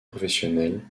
professionnelle